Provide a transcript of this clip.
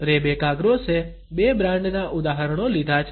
Rebecca ગ્રોસએ બે બ્રાન્ડના ઉદાહરણો લીધા છે